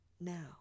now